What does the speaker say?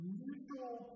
mutual